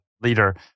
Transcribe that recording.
leader